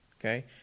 Okay